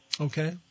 Okay